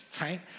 right